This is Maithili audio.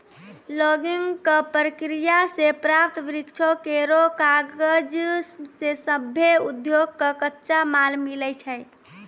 लॉगिंग क प्रक्रिया सें प्राप्त वृक्षो केरो कागज सें सभ्भे उद्योग कॅ कच्चा माल मिलै छै